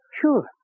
Sure